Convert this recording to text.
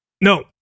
No